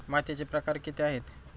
मातीचे प्रकार किती आहेत?